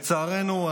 לצערנו,